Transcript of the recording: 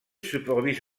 supervise